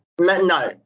no